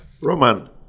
Roman